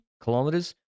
kilometers